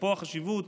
פה החשיבות: